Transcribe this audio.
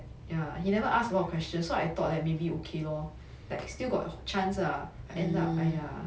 ya he never ask a lot of questions so I thought like maybe okay lor like still got chance lah end up !aiya!